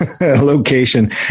location